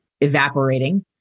evaporating